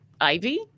Ivy